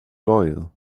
loyal